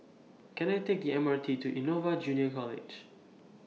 Can I Take M R T to Innova Junior College